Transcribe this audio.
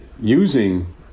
using